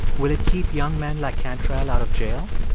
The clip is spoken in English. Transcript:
will it keep young men like cantrell out of jail?